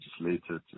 legislated